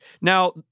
Now